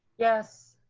yes.